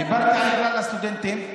דיברתי על כלל הסטודנטים.